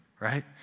right